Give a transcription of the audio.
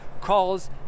calls